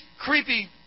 creepy